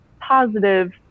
positive